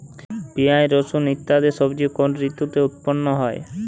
পিঁয়াজ রসুন ইত্যাদি সবজি কোন ঋতুতে উৎপন্ন হয়?